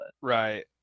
Right